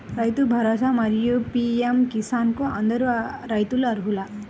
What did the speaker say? రైతు భరోసా, మరియు పీ.ఎం కిసాన్ కు అందరు రైతులు అర్హులా?